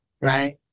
right